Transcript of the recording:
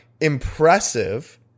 impressive